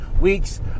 week's